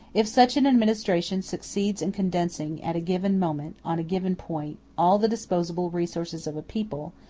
if such an administration succeeds in condensing at a given moment, on a given point, all the disposable resources of a people,